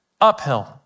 uphill